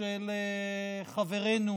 של חברנו